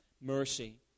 Mercy